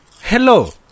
Hello